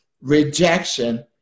rejection